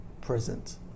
present